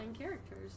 characters